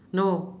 no